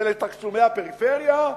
ולתקצובי הפריפריה,